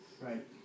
right